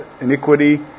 iniquity